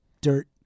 dirt